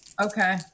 okay